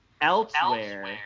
elsewhere